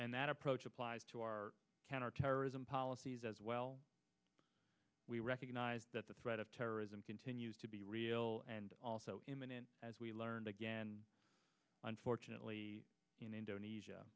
and that approach applies to our counterterrorism policies as well we recognize that the threat of terrorism continues to be real and also imminent as we learned again unfortunately in indonesia